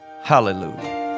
Hallelujah